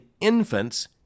infants